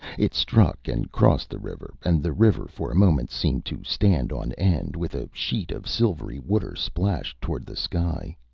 it struck and crossed the river, and the river for a moment seemed to stand on end, with a sheet of silvery water splashed toward the sky.